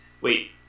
wait